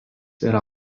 yra